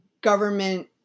government